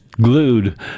glued